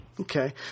Okay